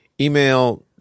email